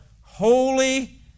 holy